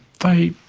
they.